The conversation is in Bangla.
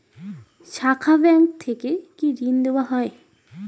শাখা ব্যাংক থেকে কি ঋণ দেওয়া হয়?